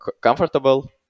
comfortable